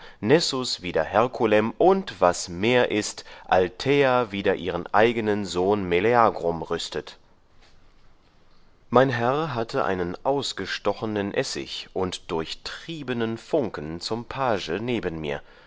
wider herculem und was mehr ist althäa wider ihren eigenen sohn meleagrum rüstet mein herr hatte einen ausgestochenen essig und durchtriebnen funken zum page neben mir